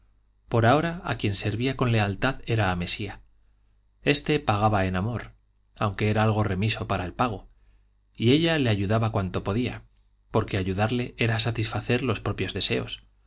por ahora a quien servía con lealtad era a mesía este pagaba en amor aunque era algo remiso para el pago y ella le ayudaba cuanto podía porque ayudarle era satisfacer los propios deseos